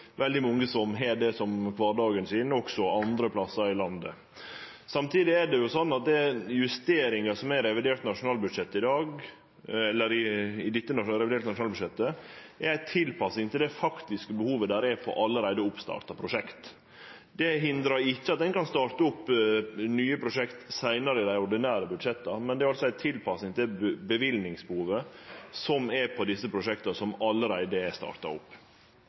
også andre plassar i landet som har dette som kvardagen sin. Samtidig er det slik at justeringane i dette reviderte nasjonalbudsjettet er ei tilpassing til det faktiske behovet til prosjekt som allereie er starta opp. Det hindrar ikkje at ein kan starte opp nye prosjekt seinare, i samband med dei ordinære budsjetta, men dette er altså ei tilpassing til løyvingsbehovet til dei prosjekta som allereie er starta opp.